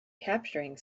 capturing